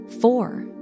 four